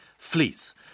Fleece